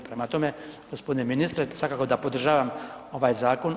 Prema tome, gospodine ministre svakako da podržavam ovaj zakon.